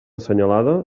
assenyalada